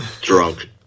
drunk